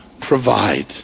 provide